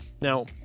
Now